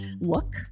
look